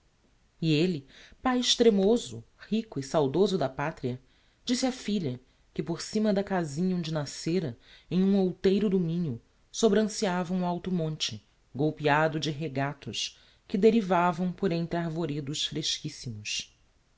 e elle pai extremoso rico e saudoso da patria disse á filha que por cima da casinha onde nascera em um outeiro do minho sobranceava um alto monte golpeado de regatos que derivavam por entre arvoredos fresquissimos